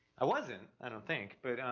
i wasn't i don't think, but,